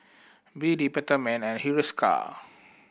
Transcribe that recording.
B D Peptamen and Hiruscar